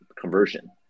conversion